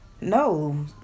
no